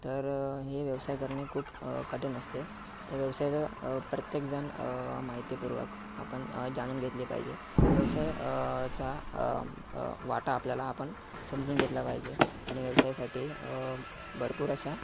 तर हे व्यवसाय करणे खूप कठीण असते त्या व्यवसायात प्रत्येकजण माहितीपूर्वक आपण जाणून घेतले पाहिजे व्यवसाय चा वाटा आपल्याला आपण समजून घेतला पाहिजे आणि व्यवसायासाठी भरपूर अशा